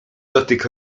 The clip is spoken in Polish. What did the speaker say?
dotyk